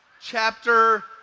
chapter